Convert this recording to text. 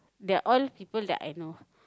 they are all people that I know